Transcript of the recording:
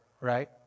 right